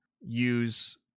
use